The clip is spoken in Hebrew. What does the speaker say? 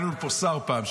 היה לנו פה שר פעם,